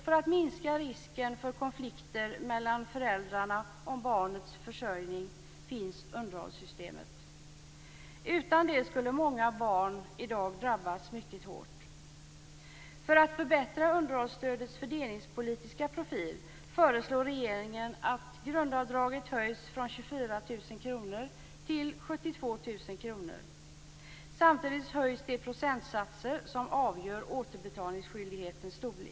För att minska risken för konflikter mellan föräldrarna om barnets försörjning finns underhållsstödet. Utan det skulle många barn i dag drabbas mycket hårt. För att förbättra underhållsstödets fördelningspolitiska profil föreslår regeringen att grundavdraget höjs från 24 000 kr till 72 000 kr. Samtidigt höjs de procentsatser som avgör återbetalningsskyldighetens storlek.